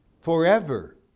forever